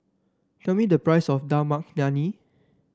tell me the price of Dal Makhani